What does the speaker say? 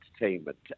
entertainment